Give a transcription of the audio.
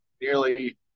nearly